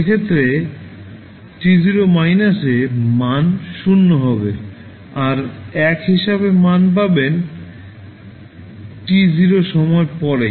সেক্ষেত্রে t0 এ মান 0 হবে আর 1 হিসাবে মান পাবেন t0 সময়ের পরেই